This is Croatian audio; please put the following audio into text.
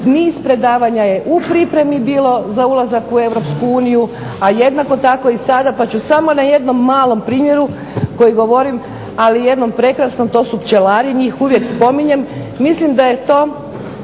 niz predavanja je u pripremi bilo za ulazak u Europsku uniju, a jednako tako i sada. Pa ću samo na jednom malom primjeru koji govorim, ali i jednom prekrasnom, to su pčelari, njih uvijek spominjem. Mislim da je to